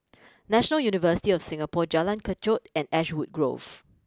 National University of Singapore Jalan Kechot and Ashwood Grove